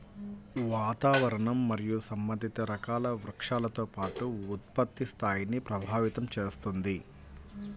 వాతావరణం మరియు సంబంధిత రకాల వృక్షాలతో పాటు ఉత్పత్తి స్థాయిని ప్రభావితం చేస్తుంది